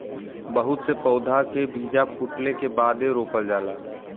बहुत से पउधा के बीजा फूटले के बादे रोपल जाला